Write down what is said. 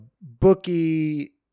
bookie